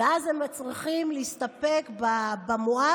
ואז הם צריכים להסתפק במועט.